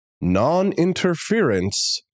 non-interference